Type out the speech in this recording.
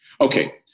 Okay